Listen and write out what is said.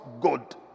God